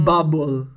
Bubble